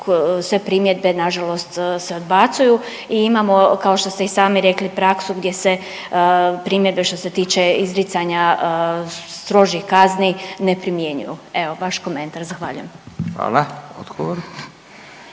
sve primjedbe nažalost se odbacuju i imamo kako što ste i sami rekli praksu gdje se primjedbe što se tiče izricanja strožih kazni ne primjenjuju, evo vaš komentar, zahvaljujem. **Radin,